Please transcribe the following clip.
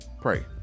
pray